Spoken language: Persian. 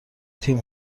تیم